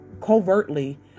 covertly